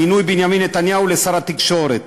מינוי בנימין נתניהו לשר התקשורת,